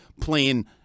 playing –